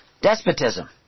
despotism